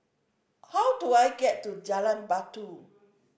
how do I get to Jalan Batu